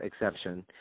exception